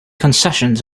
concessions